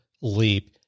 Leap